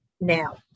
now